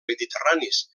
mediterranis